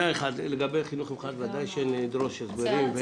לגבי החינוך המיוחד, ודאי שנדרוש הסברים.